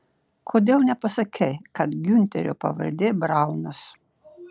kodėl nepasakei kad giunterio pavardė braunas